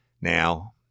Now